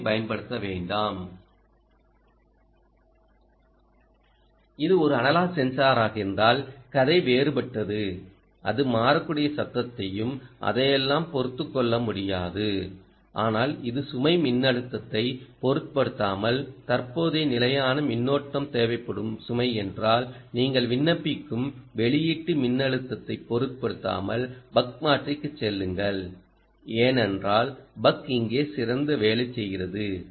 ஓவைப் பயன்படுத்த வேண்டாம் இது ஒரு அனலாக் சென்சாராக இருந்தால் கதை வேறுபட்டது அது மாறக்கூடிய சத்தத்தையும் அதையெல்லாம் பொறுத்துக்கொள்ள முடியாது ஆனால் இது சுமை மின்னழுத்தத்தைப் பொருட்படுத்தாமல் தற்போதைய நிலையான மின்னோட்டம் தேவைப்படும் சுமை என்றால் நீங்கள் விண்ணப்பிக்கும் வெளியீட்டு மின்னழுத்தத்தைப் பொருட்படுத்தாமல் பக் மாற்றிக்குச் செல்லுங்கள் ஏனெனில் பக் இங்கே சிறந்த வேலை செய்கிறது